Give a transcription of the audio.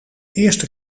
eerste